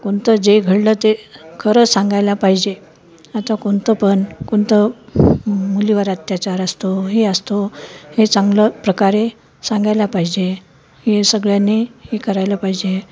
कोणतं जे घडलं ते खरं सांगायला पाहिजे आता कोणतं पण कोणतं मुलीवर अत्याचार असतो हे असतो हे चांगलं प्रकारे सांगायला पाहिजे हे सगळ्यांनी हे करायला पाहिजे